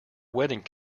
wedding